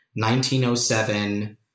1907